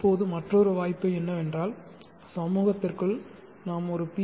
இப்போது மற்றொரு வாய்ப்பு என்னவென்றால் சமூகத்திற்குள் நாம் ஒரு பி